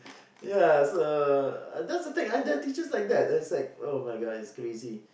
ya so that's the thing there are teaches like that it's like [oh]-my-God it's crazy